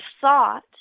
thought